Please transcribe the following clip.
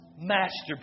masterpiece